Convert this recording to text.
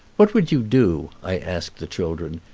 what would you do, i asked the children,